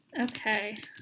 Okay